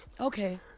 Okay